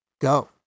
go